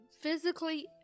physically